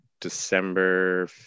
December